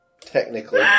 Technically